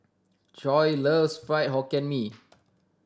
Coy loves Fried Hokkien Mee